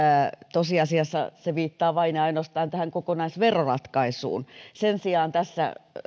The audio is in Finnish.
tosiasiassa se viittaa vain ja ainoastaan kokonaisveroratkaisuun sen sijaan tässä